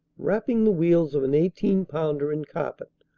wrapping the wheels of an eighteen pounder in carpet,